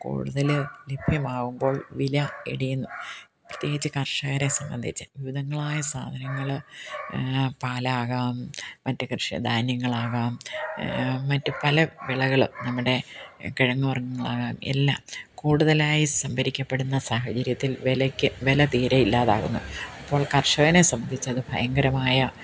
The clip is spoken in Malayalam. കൂടുതൽ ലഭ്യമാവുമ്പോള് വില ഇടിയുന്നു പ്രത്യേകിച്ച് കര്ഷകരെ സംബന്ധിച്ച് വിവിധങ്ങളായ സാധനങ്ങൾ പാൽ ആകാം മറ്റ് കര്ഷ ധാന്യങ്ങളാകാം മറ്റ് പല വിളകളും നമ്മുടെ കിഴങ്ങ് വര്ഗങ്ങളാകാം എല്ലാം കൂടുതലായി സംഭരിക്കപ്പെടുന്ന സാഹചര്യത്തില് വിലയ്ക്ക് വില തീരെ ഇല്ലാതാകുന്നു അപ്പോള് കര്ഷകനെ സംബന്ധിച്ചത് ഭയങ്കരമായ